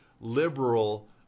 liberal